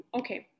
okay